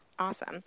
Awesome